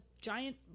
giant